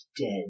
dead